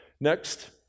Next